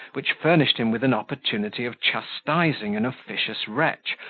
which furnished him with an opportunity of chastising an officious wretch,